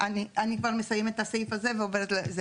שנייה, אני כבר מסיימת את הסעיף הזה ועוברת לבא.